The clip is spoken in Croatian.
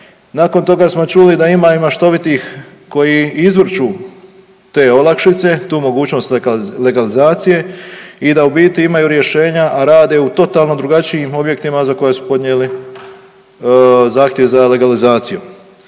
nakon toga smo čuli da ima i maštovitih koji izvrću te olakšice, tu mogućnost legalizacije i da u biti imaju rješenja a rade u totalno drugačijim objektima za koja su podnijeli zahtjev za legalizacijom.